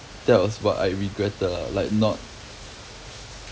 that was what I regretted lah like not